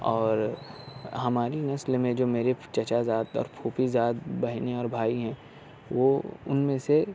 اور ہماری نسل میں جو میرے چچا زاد اور پھوپھی زاد بہنیں اور بھائی ہیں وہ ان میں سے